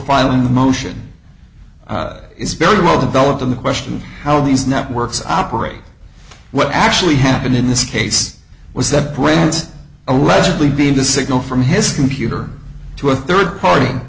filing the motion is very well developed and the question of how these networks operate what actually happened in this case was that brings allegedly being the signal from his computer to a third party